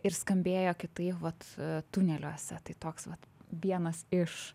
ir skambėjo kitaip vat tuneliuose tai toks vat vienas iš